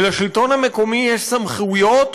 ולשלטון המקומי יש סמכויות,